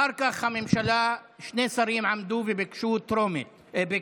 אחר כך הממשלה, שני שרים עמדו וביקשו שמית.